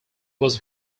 was